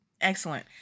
Excellent